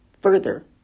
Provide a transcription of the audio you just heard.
further